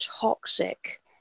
toxic